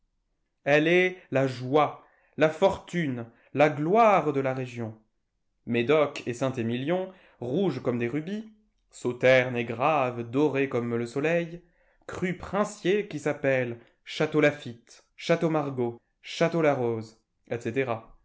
elle est la joie la fortune la gloire de la région médocet saint emilion rouges comme des rubis sauterne et graves dorés comme le soleil crûs princiers qui s'appellent châteaulaffitte château margaux château larose etc étiquetés et